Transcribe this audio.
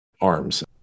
arms